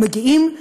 מגיעים,